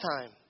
time